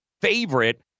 favorite